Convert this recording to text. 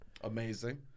Amazing